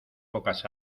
pocas